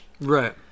Right